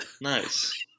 Nice